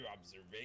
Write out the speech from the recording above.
observation